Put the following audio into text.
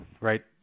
right